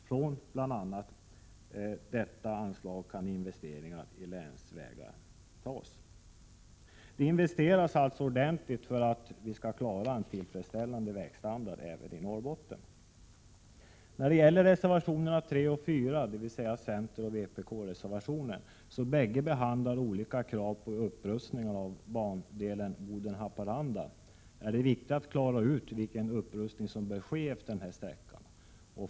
Detta anslag skall användas för bl.a. investeringar i länsvägar. Det investeras alltså ordenligt för att klara en tillfredsställande vägstandard även i Norrbotten. I reservationerna 3 och 4 från centern resp. vpk krävs upprustningar på bandelen Boden-Haparanda. Det är viktigt att klara ut vilken upprustning som bör ske efter sträckan.